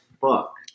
fuck